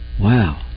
Wow